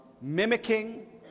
mimicking